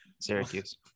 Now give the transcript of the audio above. Syracuse